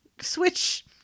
Switch